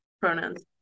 pronouns